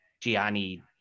Gianni